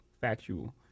factual